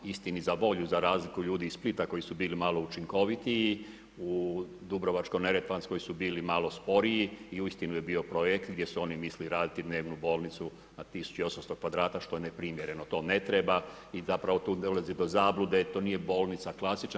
Istini za volju za razliku ljudi iz Splita koji su bili malo učinkovitiji, u Dubrovačko-neretvanskoj su bili malo sporiji i uistinu je bio projekt gdje su oni mislili raditi dnevnu bolnicu na 1800 kvadrata što je neprimjereno, to ne treba i zapravo tu dolazi do zablude, to nije bolnica klasična.